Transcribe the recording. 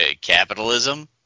capitalism